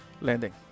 landing